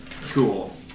Cool